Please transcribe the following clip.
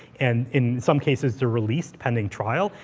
and in some cases, they're released pending trial,